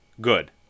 good